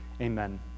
Amen